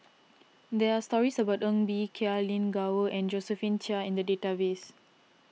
there are stories about Ng Bee Kia Lin Gao and Josephine Chia in the database